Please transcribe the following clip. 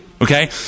Okay